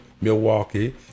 Milwaukee